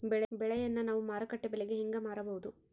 ಬೆಳೆಯನ್ನ ನಾವು ಮಾರುಕಟ್ಟೆ ಬೆಲೆಗೆ ಹೆಂಗೆ ಮಾರಬಹುದು?